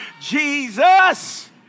Jesus